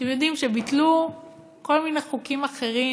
אתם יודעים, כשביטלו כל מיני חוקים אחרים